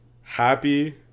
happy